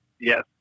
Yes